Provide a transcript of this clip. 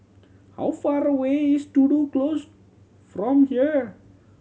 how far away is Tudor Close from here